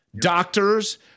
doctors